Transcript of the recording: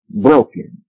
broken